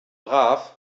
brav